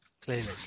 clearly